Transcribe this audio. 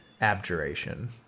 abjuration